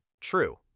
True